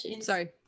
sorry